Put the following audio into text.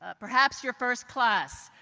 ah perhaps your first class,